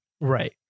Right